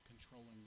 controlling